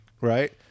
right